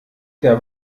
der